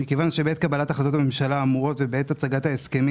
מכיוון שבעת קבלת החלטות הממשלה האמורות ובעת הצגת ההסכמים